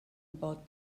about